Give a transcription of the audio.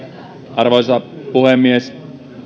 arvoisa puhemies